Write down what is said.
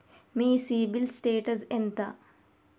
మీ CIBIL status ఎంత?